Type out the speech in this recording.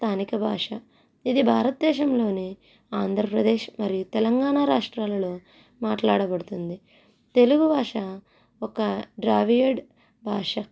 స్థానిక భాష ఇది భారతదేశంలోని ఆంధ్రప్రదేశ్ మరియు తెలంగాణ రాష్ట్రాలలో మాట్లాడబడుతుంది తెలుగు భాష ఒక ద్రావిడ భాష